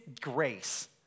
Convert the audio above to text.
grace